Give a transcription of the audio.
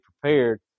prepared